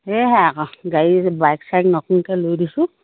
সেইহে আকৌ গাড়ী বাইক চাইক নতুনকে লৈ দিছোঁ